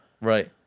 Right